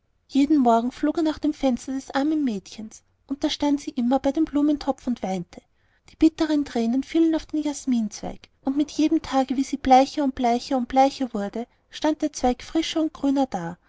jeden morgen flog er nach dem fenster des armen mädchens und da stand sie immer bei dem blumentopf und weinte die bitteren thränen fielen auf den jasminzweig und mit jedem tage wie sie bleicher und bleicher und bleicher wurde stand der zweig frischer und grüner da